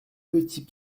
petits